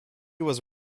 was